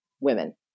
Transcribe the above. women